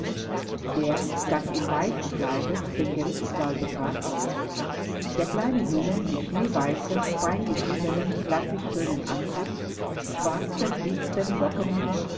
der ganz in weiß gekleidet den gerichtssaal betrat auf der kleine junge mit schneeweißem fein geschnittenem klassisch schönem antlitz schwarzem dichtem